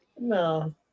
No